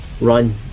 run